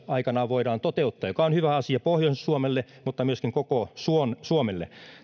aikanaan voidaan toteuttaa mikä on hyvä asia pohjois suomelle mutta myöskin koko suomelle